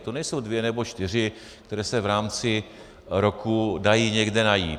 To nejsou dvě nebo čtyři, které se v rámci roku dají někde najít.